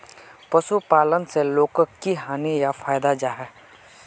पशुपालन से लोगोक की हानि या फायदा जाहा?